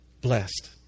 blessed